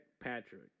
Patrick